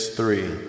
three